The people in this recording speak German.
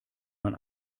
man